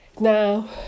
Now